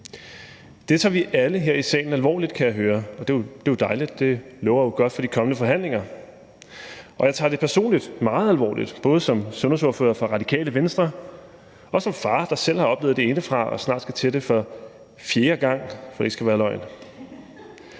Det tager vi alle her i salen alvorligt, kan jeg høre, og det er jo dejligt. Det lover godt for de kommende forhandlinger. Og jeg tager det personligt meget alvorligt, både som sundhedsordfører for Radikale Venstre og som far, der selv har oplevet det indefra og snart skal til det for fjerde gang, for at det ikke skal være løgn.